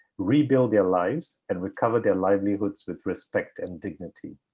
rebuild their lives and recover their livelihoods with respect and dignity.